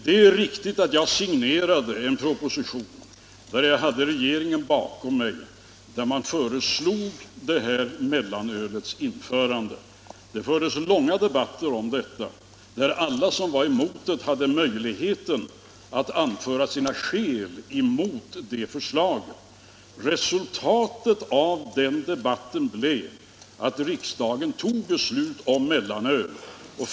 Det är riktigt att jag signerade en proposition — och jag hade då regeringen bakom mig — där vi föreslog införande av mellanöl. Det fördes långa debatter om detta, där alla som var emot förslaget hade möjlighet att anföra sina skäl. Resultatet blev att den svenska riksdagen tog sitt beslut om mellanölets införande.